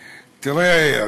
תראה,